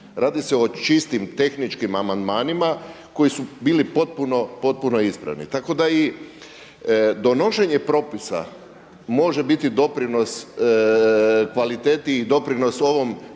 Radi se o čistim, tehničkim amandmanima koji su bili potpuno ispravni. Tako da i donošenje propisa može biti doprinos kvaliteti i doprinos ovom